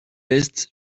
est